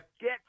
get